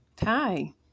Hi